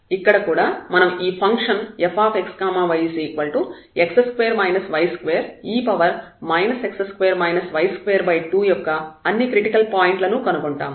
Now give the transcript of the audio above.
ఇక్కడ కూడా మనం ఈ function fxyx2 y2e x2 y22 యొక్క అన్ని క్రిటికల్ పాయింట్ల ను కనుగొంటాము